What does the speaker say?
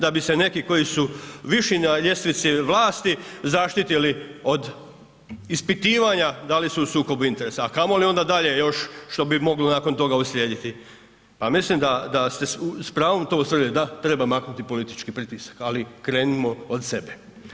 Da bi se neki koji su viši na ljestvici vlasti zaštitili od ispitivanja da li su u sukobu interesa, a kamoli onda dalje još što bi moglo nakon toga uslijediti, pa mislim da ste s pravom to ustvrdili, da treba maknuti politički pritisak, ali krenimo od sebe.